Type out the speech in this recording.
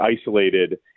isolated